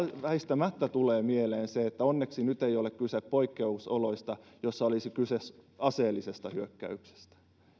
väistämättä tulee mieleen se että onneksi nyt ei ole kyse poikkeusoloista joissa olisi kyse aseellisesta hyökkäyksestä